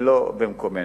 ולא במקומנו.